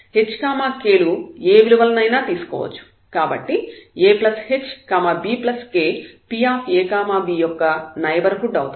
h k లు ఏ విలువల నైనా తీసుకోవచ్చు కాబట్టి ahbk Pab యొక్క నైబర్హుడ్ అవుతుంది